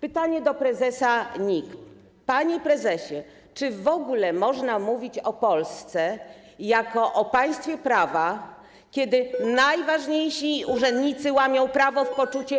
Pytanie do prezesa NIK: Panie prezesie, czy w ogóle można mówić o Polsce jako o państwie prawa, kiedy najważniejsi urzędnicy łamią prawo w poczuciu